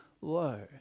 low